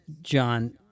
John